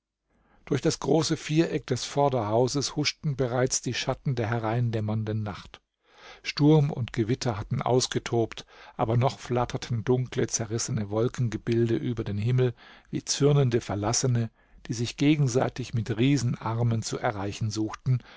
durch das große viereck des vorderhauses huschten bereits die schatten der hereindämmernden nacht sturm und gewitter hatten ausgetobt aber noch flatterten dunkle zerrissene wolkengebilde über den himmel wie zürnende verlassene die sich gegenseitig mit riesenarmen zu erreichen suchten